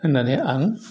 होननानै आं